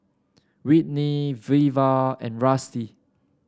Whitney Veva and Rusty